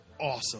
awesome